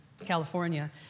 California